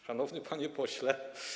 Szanowny panie pośle.